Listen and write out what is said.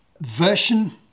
version